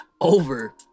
over